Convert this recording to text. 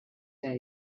day